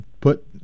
put